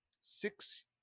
six